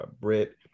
Brit